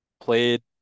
played